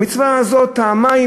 המצווה הזאת, מה טעמה?